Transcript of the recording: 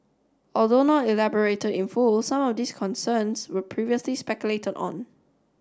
although not elaborated in full some of these concerns were previously speculated on